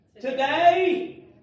Today